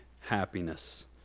happiness